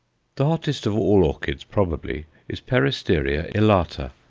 the hottest of all orchids probably is peristeria elata,